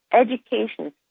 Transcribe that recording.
education